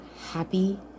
happy